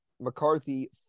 McCarthy